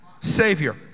Savior